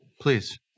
Please